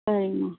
சரிங்கம்மா